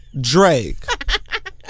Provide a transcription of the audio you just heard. Drake